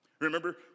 Remember